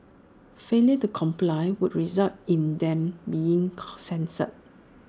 failure to comply would result in them being censured